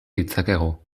ditzakegu